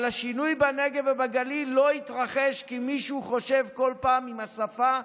אבל השינוי בנגב ובגליל לא יתרחש כי מישהו חושב כל פעם עם השפה,